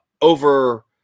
over